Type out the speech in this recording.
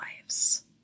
lives